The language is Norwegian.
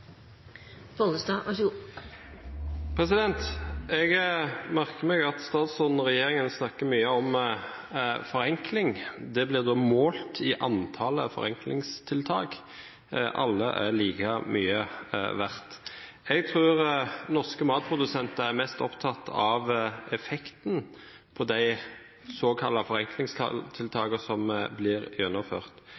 Jeg merker meg at statsråden og regjeringen snakker mye om forenkling. Det blir målt i antallet forenklingstiltak. Alle er like mye verdt. Jeg tror norske matprodusenter er mest opptatt av effekten av de såkalte forenklingstiltakene som blir gjennomført.